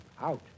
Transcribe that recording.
Out